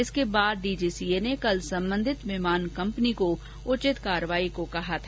इसके बाद डीजीसीए ने कल संबंधित विमान कंपनी को उचित कार्रवाई करने को कहा था